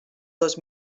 dos